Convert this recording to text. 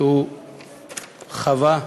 שהוא חווה.